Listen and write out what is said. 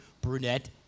brunette